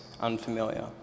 unfamiliar